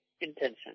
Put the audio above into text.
intention